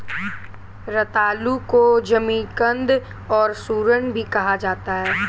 रतालू को जमीकंद और सूरन भी कहा जाता है